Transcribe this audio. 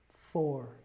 four